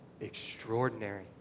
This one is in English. extraordinary